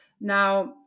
Now